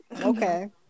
Okay